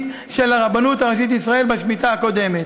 של הרבנות הראשית לישראל בשמיטה הקודמת.